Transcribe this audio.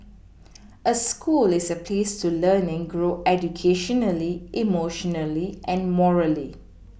a school is a place to learn and grow educationally emotionally and morally